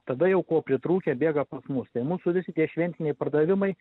tada jau ko pritrūkę bėga pas mus tai mūsų visi tie šventiniai pardavimai